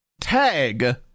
tag